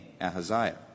Ahaziah